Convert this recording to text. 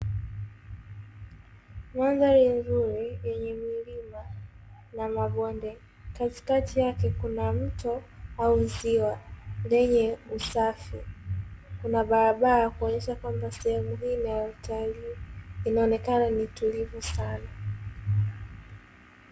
Mandhari nzuri yenye milima na mabonde katikati yake kuna mto au ziwa lenye usafi, kuna barabara kuonyesha kwamba sehemu hii ni ya utalii inayoonekana ni tulivu sana.